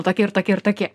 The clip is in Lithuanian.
tokie ir tokie ir tokie